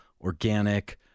organic